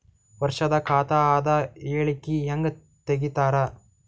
ವರ್ಷದ ಖಾತ ಅದ ಹೇಳಿಕಿ ಹೆಂಗ ತೆಗಿತಾರ?